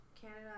Canada